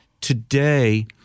today